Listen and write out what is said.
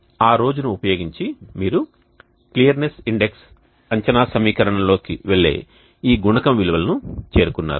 ఆ రోజును ఉపయోగించి మీరు క్లియరెన్స్ ఇండెక్స్ అంచనా సమీకరణంలోకి వెళ్లే ఈ గుణకం విలువలను చేరుకున్నారు